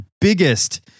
biggest